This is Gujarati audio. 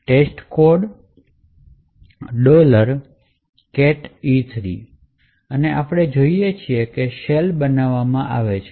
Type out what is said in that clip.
testcode અને આપણે જોઈએ છીએ કે શેલ બનાવવામાં આવે છે